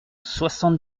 soixante